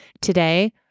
Today